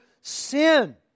sin